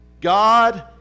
God